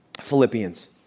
Philippians